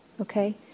okay